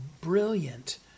brilliant